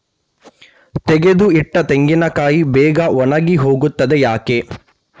ತೆಗೆದು ಇಟ್ಟ ತೆಂಗಿನಕಾಯಿ ಬೇಗ ಒಣಗಿ ಹೋಗುತ್ತದೆ ಯಾಕೆ?